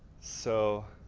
so